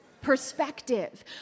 Perspective